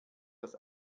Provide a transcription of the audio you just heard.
das